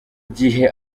gihe